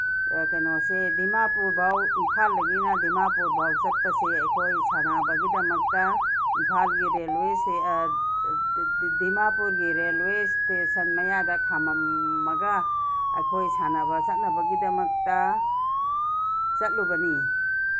ꯀꯩꯅꯣꯁꯦ ꯗꯤꯃꯥꯄꯨꯔꯕꯥꯎ ꯏꯝꯐꯥꯜꯗꯒꯤꯅ ꯗꯤꯃꯥꯄꯨꯔꯕꯥꯎ ꯆꯠꯄꯁꯦ ꯑꯩꯈꯣꯏ ꯁꯥꯟꯅꯕꯒꯤꯗꯃꯛꯇ ꯏꯃꯐꯥꯜꯒꯤ ꯔꯦꯜꯋꯦ ꯗꯤꯃꯥꯄꯨꯔꯒꯤ ꯔꯦꯜꯋꯦ ꯏꯁꯇꯦꯁꯟ ꯃꯌꯥꯗ ꯈꯥꯝꯃꯝꯃꯒ ꯑꯩꯈꯣꯏ ꯁꯥꯟꯅꯕ ꯆꯠꯅꯕꯒꯤꯗꯃꯛꯇ ꯆꯠꯂꯨꯕꯅꯤ